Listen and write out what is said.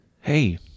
hey